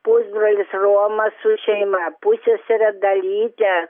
pusbrolis romas su šeima pussesere dalyte